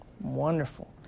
Wonderful